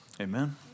Amen